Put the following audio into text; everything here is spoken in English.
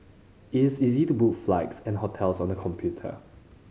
its easy to book flights and hotels on the computer